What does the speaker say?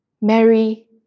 Mary